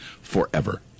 forever